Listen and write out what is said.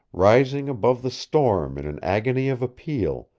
rising above the storm in an agony of appeal,